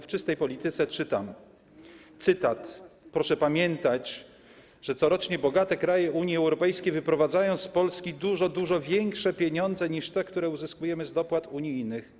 W „300Polityka” czytam, cytat: Proszę pamiętać, że corocznie bogate kraje Unii Europejskiej wyprowadzają z Polski dużo, dużo większe pieniądze niż te, które uzyskujemy z dopłat unijnych.